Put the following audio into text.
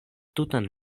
tutan